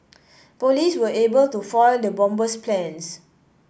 police were able to foil the bomber's plans